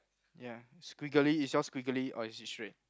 ya squiggly is yours squiggly or is it straight